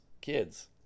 kids